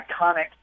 iconic